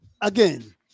again